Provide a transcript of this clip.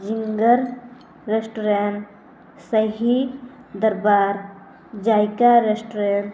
ᱡᱤᱝᱜᱟᱨ restaurant Shahi Darbar Zaika restaurant